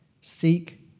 Seek